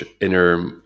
inner